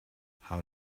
how